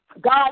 God